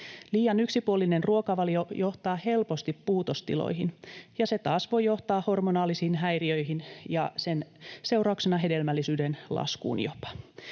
Liian yksipuolinen ruokavalio johtaa helposti puutostiloihin, ja se taas voi johtaa hormonaalisiin häiriöihin ja sen seurauksena jopa hedelmällisyyden laskuun.